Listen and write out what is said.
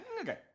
Okay